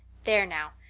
there now.